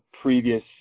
previous